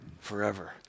Forever